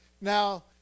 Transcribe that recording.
Now